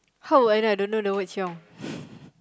how would I know I don't know the word chiong